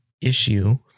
issue